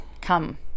Come